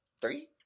three